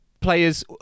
players